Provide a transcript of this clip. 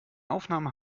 aufnahme